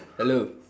hello